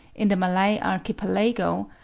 in the malay archipelago,